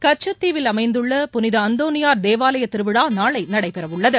கச்சத்தீவில் அமைந்துள்ள புனித அந்தோணியார் தேவாலய திருவிழா நாளை நடைபெற உள்ளது